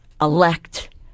elect